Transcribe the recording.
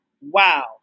wow